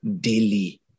daily